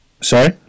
Sorry